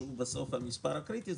שהוא המספר הקריטי,